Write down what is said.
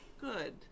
Good